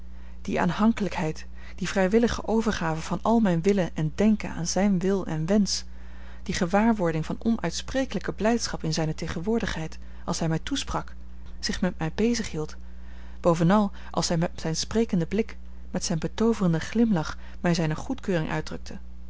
die aanhankelijkheid die vrijwillige overgave van al mijn willen en denken aan zijn wil en wensch die gewaarwording van onuitsprekelijke blijdschap in zijne tegenwoordigheid als hij mij toesprak zich met mij bezighield bovenal als hij met zijn sprekenden blik met zijn betooverenden glimlach mij zijne goedkeuring uitdrukte dat